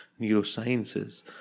neurosciences